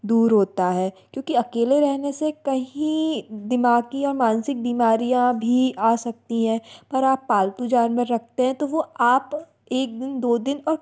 दूर होता है क्योंकि अकेले रहने से कहीं दिमाग़ी और मानसिक बीमारियाँ भी आ सकती हैं पर आप पालतू जानवर रखते हैं तो वो आप एक दिन दो दिन और